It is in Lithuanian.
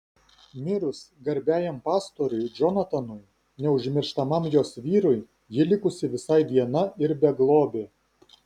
mirus garbiajam pastoriui džonatanui neužmirštamam jos vyrui ji likusi visai viena ir beglobė